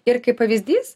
ir kaip pavyzdys